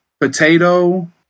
potato